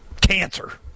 cancer